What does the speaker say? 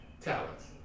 talents